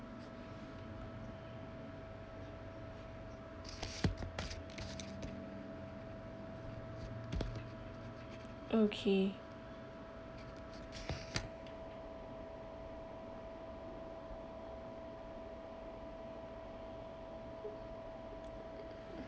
okay